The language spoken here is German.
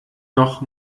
noch